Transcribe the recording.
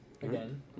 Again